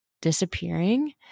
disappearing